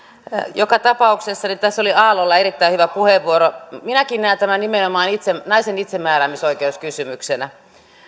joka tapauksessa tässä oli aallolla erittäin hyvä puheenvuoro minäkin näen tämän nimenomaan naisen itsemääräämisoikeuskysymyksenä